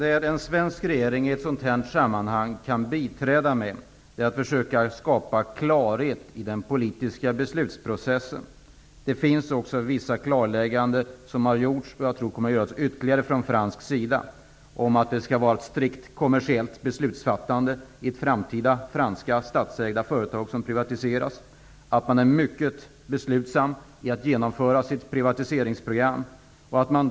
Fru talman! I detta sammanhang kan en svensk regering biträda med att försöka skapa klarhet i den politiska beslutsprocessen. Det har också gjorts vissa klarläggande från fransk sida, och jag tror att det kommer att göras ytterligare klarlägganden. Det skall vara ett strikt kommersiellt beslutsfattande i franska statsägda företag som privatiseras i framtiden. Man är mycket beslutsam när det gäller att genomföra sitt privatiseringsprogram.